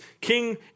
King